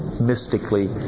mystically